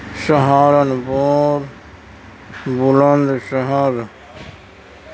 سہارن پور بلند شہر